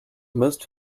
most